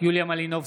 יוליה מלינובסקי,